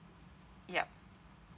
yup